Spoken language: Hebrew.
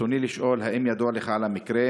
ברצוני לשאול: 1. האם ידוע לך על המקרה?